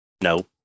No